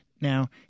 Now